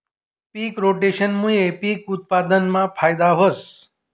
पिक रोटेशनमूये पिक उत्पादनमा फायदा व्हस